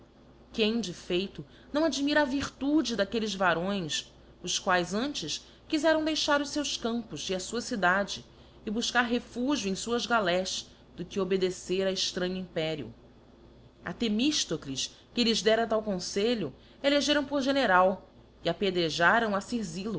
quem de feito não admira a virtude daquelles varões os quaes antes quizeram deixar os feus campos e a fua cidade c bufcar refugio em fuás galés do que obedecer a extranho império a themiftocles que lhes dera tal confelho elegeram por general e apedrejaram a